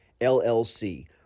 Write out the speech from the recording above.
LLC